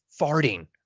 farting